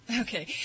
Okay